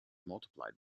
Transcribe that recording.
multiplied